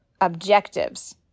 objectives